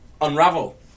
unravel